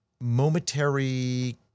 momentary